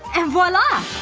and voila!